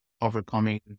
overcoming